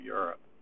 Europe